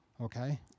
okay